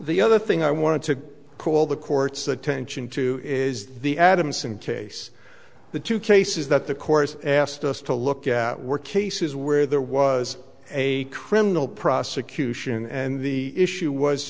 the other thing i wanted to call the court's attention to is the adamson case the two cases that the corps asked us to look at were cases where there was a criminal prosecution and the issue was